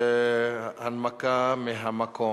הנמקה מהמקום.